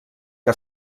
que